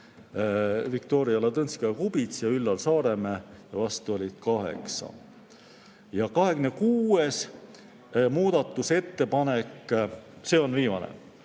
Viktoria Ladõnskaja-Kubits ja Üllar Saaremäe, vastu oli 8. Ja 26. muudatusettepanek – see on viimane